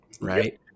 Right